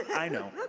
i know.